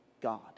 God